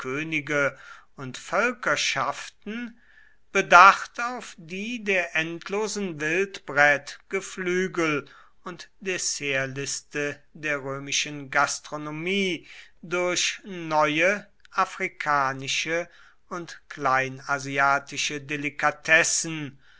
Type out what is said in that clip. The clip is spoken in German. und völkerschaften bedacht auf die der endlosen wildbret geflügel und dessertliste der römischen gastronomie durch neue afrikanische und kleinasiatische delikatessen